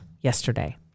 yesterday